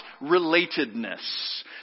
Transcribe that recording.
relatedness